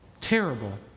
Terrible